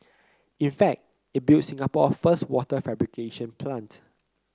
in fact it built Singapore first wafer fabrication plant